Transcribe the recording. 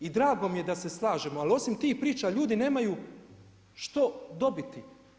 I drago mi je da se slažemo, ali osim tih priča, ljudi nemaju što dobiti.